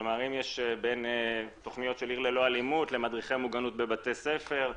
כלומר אם יש בין תכניות של "עיר ללא אלימות" למדריכי מוגנות בבתי ספר,